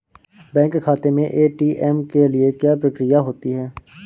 Bank खाते में ATM के लिए क्या प्रक्रिया होती है?